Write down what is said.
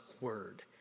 Word